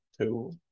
two